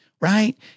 right